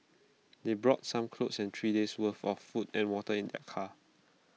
they brought some clothes and three days' worth of food and water in their car